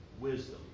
wisdom